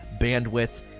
bandwidth